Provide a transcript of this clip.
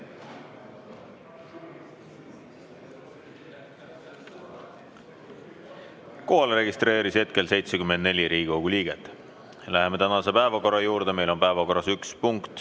registreerus hetkel 74 Riigikogu liiget. Läheme tänase päevakorra juurde. Meil on päevakorras üks punkt,